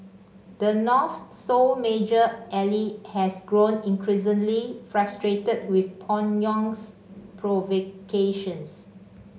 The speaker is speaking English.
the North's sole major ally has grown increasingly frustrated with Pyongyang's provocations